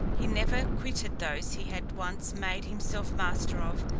he never quitted those he had once made himself master of,